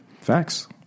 Facts